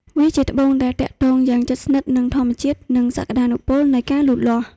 វាជាត្បូងដែលទាក់ទងយ៉ាងជិតស្និទ្ធនឹងធម្មជាតិ និងសក្តានុពលនៃការលូតលាស់។